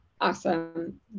awesome